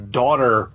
daughter